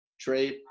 trade